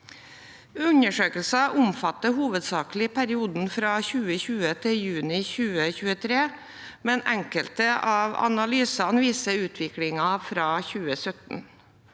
Undersøkelsen omfatter hovedsakelig perioden fra 2020 til juni 2023, men enkelte av analysene viser utviklingen fra 2017.